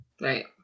Right